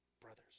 brothers